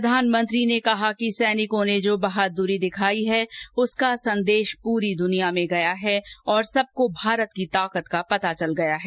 प्रधानमंत्री ने कहा कि सैनिकों ने जो बहादुरी दिखाई है उसका संदेश पूरी दुनिया में गया है और सबको भारत की ताकत का पता चल गया है